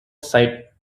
sight